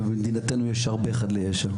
ובמדינתנו יש הרבה חדלי ישע.